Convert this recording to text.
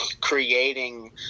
creating